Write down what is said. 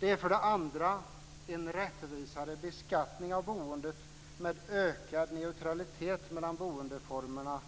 Det är för det andra en rättvisare beskattning av boendet med ökad neutralitet mellan boendeformerna.